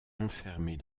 enfermés